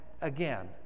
again